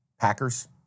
Packers